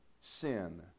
sin